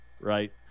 Right